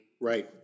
Right